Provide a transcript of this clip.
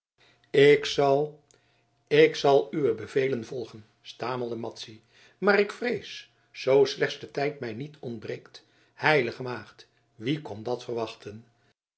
ik zal ik zal uwe bevelen volgen stamelde madzy maar ik vrees zoo slechts de tijd mij niet ontbreekt heilige maagd wie kon dat verwachten